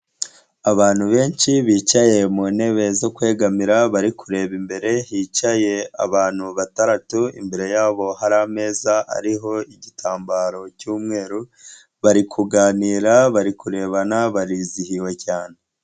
Abantu benshi bicaye mu ntebe zo kwegamira, bari kureba imbere, hicaye abantu batandatu, imbere yabo hari ameza ariho igitambaro cy'umweru, bari kuganira, bari kurebana barizihiwe cyane.